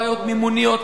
בעיות מימוניות,